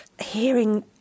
hearing